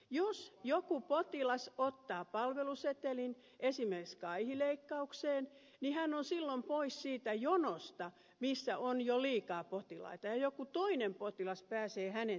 jos joku potilas ottaa palvelusetelin esimerkiksi kaihileikkaukseen niin hän on silloin pois siitä jonosta jossa on jo liikaa potilaita ja joku toinen potilas pääsee hänen tilalleen